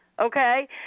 okay